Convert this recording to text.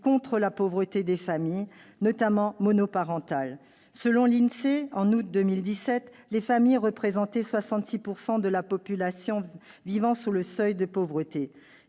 contre la pauvreté des familles, notamment monoparentales. Selon l'INSEE, les familles représentaient, en août 2017, 66 % de la population vivant sous le seuil de pauvreté,